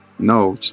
no